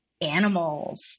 animals